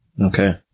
okay